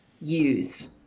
use